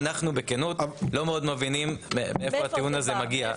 בכנות, לא מאוד מבינים מאיפה הטיעון הזה מגיע.